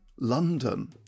London